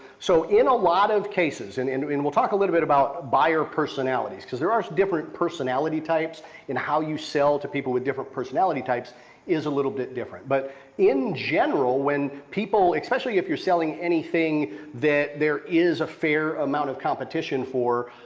so in a lot of cases, and and we'll talk a little bit about buyer personalities, because there are different personality types and how you sell to people with different personality types is a little bit different. but in general, when people, especially if you're selling anything that there is a fair amount of competition for,